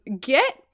get